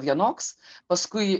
vienoks paskui